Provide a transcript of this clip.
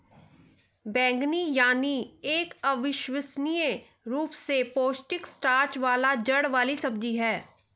बैंगनी यामी एक अविश्वसनीय रूप से पौष्टिक स्टार्च वाली जड़ वाली सब्जी है